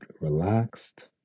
relaxed